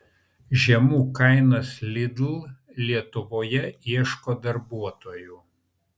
žemų kainų tinklas lidl lietuvoje ieško darbuotojų